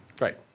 Right